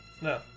No